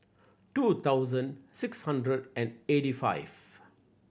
two thousand six hundred and eighty five